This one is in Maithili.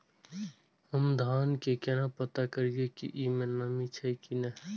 हम धान के केना पता करिए की ई में नमी छे की ने?